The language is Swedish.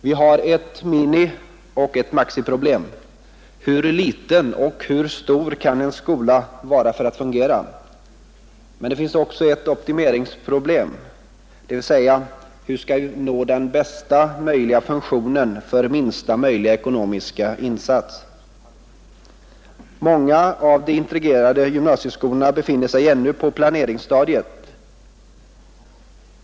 Vi har ett minimioch ett maximiproblem. Hur liten och hur stor kan en skola vara för att fungera? Det finns också ett optimeringsproblem, nämligen: Hur skall man nå bästa möjliga funktion för minsta möjliga ekonomiska insats? Många av de integrerade gymnasieskolorna befinner sig ännu på planeringsstadiet.